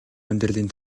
амьдралын